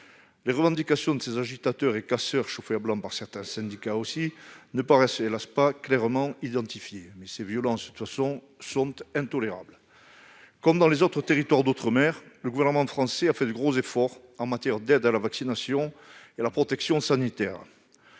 Les revendications de ces agitateurs et casseurs, chauffés à blanc par certains syndicats aussi, ne paraissent pas, hélas, clairement identifiées. Il n'en reste pas moins que ces violences sont intolérables. Comme dans les autres territoires d'outre-mer, le gouvernement français a fait de gros efforts sur les plans de la vaccination et de la protection sanitaire.